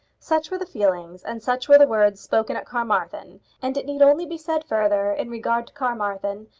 such were the feelings and such were the words spoken at carmarthen and it need only be said further, in regard to carmarthen,